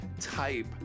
type